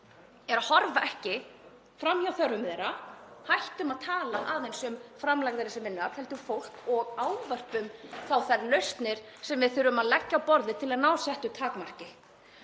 er að horfa ekki fram hjá þörfum þeirra. Hættum að tala aðeins um framlag þeirra sem vinnuafls heldur sem fólk og ávörpum þær lausnir sem við þurfum að leggja á borðið til að ná settu takmarki.